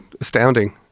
astounding